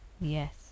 yes